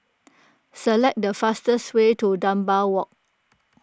select the fastest way to Dunbar Walk